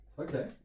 Okay